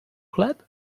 chleb